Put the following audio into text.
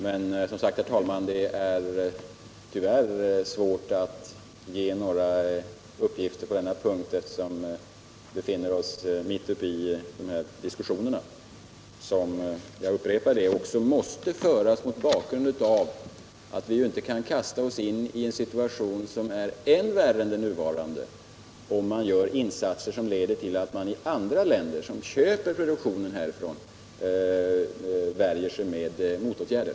Men som sagt, herr talman, det är tyvärr svårt att ge några uppgifter på denna punkt, eftersom vi befinner oss mitt uppe i de här diskussionerna, som — jag upprepar det — måste föras mot bakgrund av att vi inte kan kasta oss in i en situation, som är än värre än den nuvarande, genom att göra insatser som leder till att man i andra länder, som köper produkter från oss, värjer sig med motåtgärder.